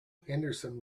henderson